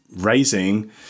raising